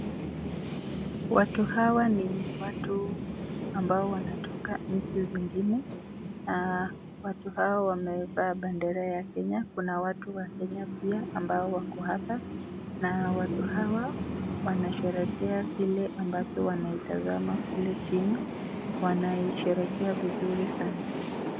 Watu hawa ni watu ambao wanatoka nchi zingine na watu hawa wamevaa bendera ya Kenya. Kuna watu wakenya pia ambao wako hapa na watu hawa wanasherehekea kile ambacho wanaitazama kule chini, wanaisherehekea vizuri sana.